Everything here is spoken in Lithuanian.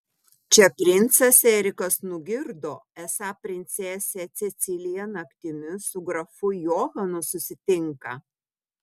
čia princas erikas nugirdo esą princesė cecilija naktimis su grafu johanu susitinka